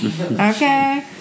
okay